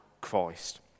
Christ